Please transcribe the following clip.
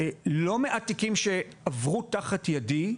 לא מעט תיקים שעברו תחת ידי,